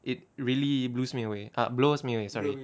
it really blews me away ah blows me away sorry